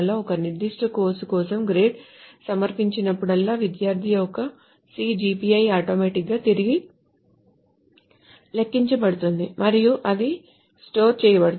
ఒక నిర్దిష్ట కోర్సు కోసం గ్రేడ్ సమర్పించినప్పుడల్లా విద్యార్థి యొక్క CGPI ఆటోమేటిక్ గా తిరిగి లెక్కించబడుతుంది మరియు అది స్టోర్ చేయబడుతుంది